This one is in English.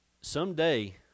Someday